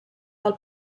del